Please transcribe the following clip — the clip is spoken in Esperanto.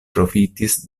profitis